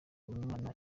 mwana